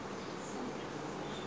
I told him no no such thing